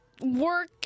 work